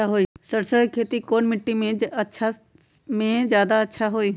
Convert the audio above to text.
सरसो के खेती कौन मिट्टी मे अच्छा मे जादा अच्छा होइ?